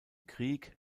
krieg